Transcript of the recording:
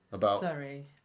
Sorry